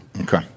Okay